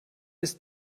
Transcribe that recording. ist